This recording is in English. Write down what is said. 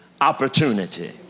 opportunity